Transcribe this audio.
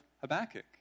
Habakkuk